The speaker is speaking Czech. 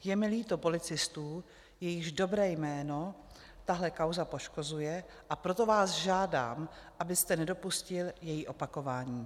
Je mi líto policistů, jejichž dobré jméno tahle kauza poškozuje, a proto vás žádám, abyste nedopustil její opakování.